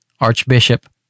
Archbishop